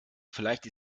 vielleicht